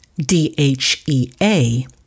DHEA